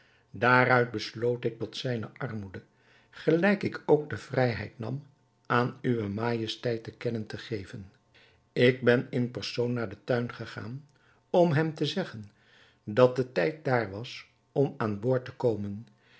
daaruit besloot ik tot zijne armoede gelijk ik ook de vrijheid nam aan uwe majesteit te kennen te geven ik ben in persoon naar den tuin gegaan om hem te zeggen dat de tijd daar was om aan boord te komen